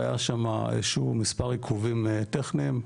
היה שמה איזשהו מספר עיכובים טכניים.